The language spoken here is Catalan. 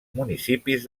municipis